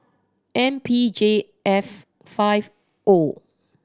M P J F five O